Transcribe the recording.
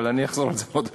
אבל אני אחזור על זה עוד פעם.